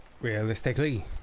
Realistically